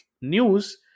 news